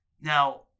now